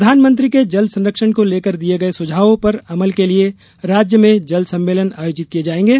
प्रधानमंत्री के जल संरक्षण को लेकर दिये गये सुझावों पर अमल के लिए राज्य में जल सम्मेलन आयोजित किये जायेंगे